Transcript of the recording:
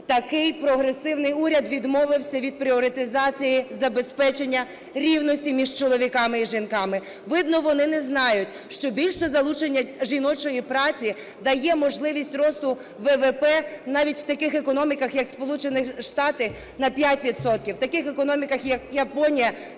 такий прогресивний уряд, відмовився від пріоритезації забезпечення рівності між чоловіками і жінками. Видно, вони не знають, що більше залучення жіночої праці дає можливість росту ВВП навіть в таких економіках як в Сполучених Штатах на 5 відсотків, в таких економіках як в Японії – на 9